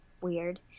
weird